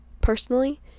personally